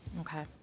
Okay